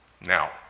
Now